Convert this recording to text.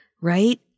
right